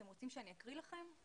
אתם רוצים שאני אקריא לכם?